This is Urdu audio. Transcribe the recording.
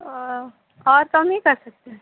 اور اور کم نہیں کر سکتے ہیں